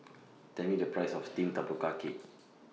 Tell Me The Price of Steamed Tapioca Cake